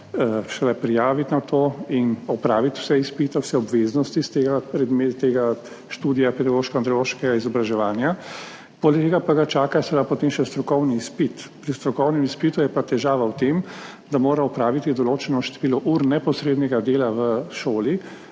prijaviti na to in opraviti vse izpite, vse obveznosti iz tega predmeta, tega študija pedagoško andragoškega izobraževanja. Poleg tega pa ga čaka seveda potem še strokovni izpit. Pri strokovnem izpitu je pa težava v tem, da mora opraviti določeno število ur neposrednega dela v šoli.